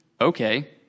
Okay